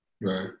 Right